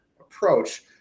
approach